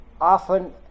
often